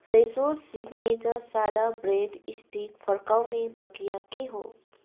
फ्रेसो signature सादा bread stick फर्काउने प्रक्रिया के हो